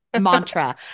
mantra